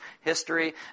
history